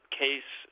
case